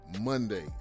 Monday